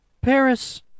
Paris